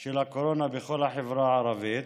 של הקורונה בכל החברה הערבית.